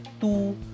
two